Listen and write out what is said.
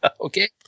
Okay